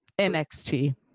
NXT